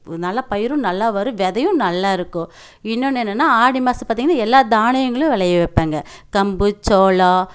நல்லா பயிரும் நல்லா வரும் விதையும் நல்லா இருக்கும் இன்னொன்று என்னென்னா ஆடி மாதம் பார்த்தீங்கன்னா எல்லா தானியங்களும் விளைய வைப்பங்க கம்பு சோளம்